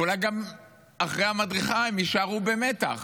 ואולי גם אחרי המדריכה הם יישארו במתח,